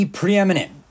preeminent